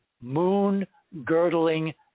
moon-girdling